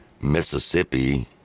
Mississippi